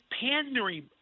pandering